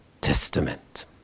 Testament